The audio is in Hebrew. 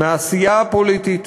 מהעשייה הפוליטית,